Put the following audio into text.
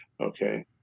Okay